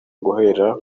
guhera